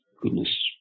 goodness